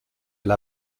elle